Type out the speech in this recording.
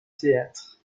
théâtre